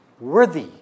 worthy